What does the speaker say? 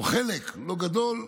או חלק לא גדול,